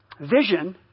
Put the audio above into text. vision